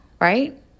right